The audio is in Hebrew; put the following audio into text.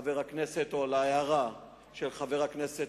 להערה של חבר הכנסת